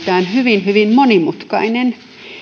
hyvin hyvin monimutkainen